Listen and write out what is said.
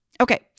Okay